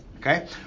Okay